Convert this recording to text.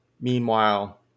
Meanwhile